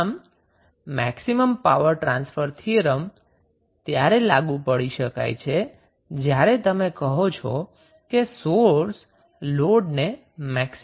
આમ maximum power transfer theorem ત્યારે લાગુ પાડી શકાય છે જ્યારે તમે કહો છો કે સોર્સ લોડને મેક્સિમમ પાવર ડિલિવર કરે છે